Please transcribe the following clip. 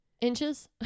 inches